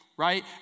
Right